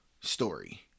story